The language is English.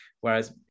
Whereas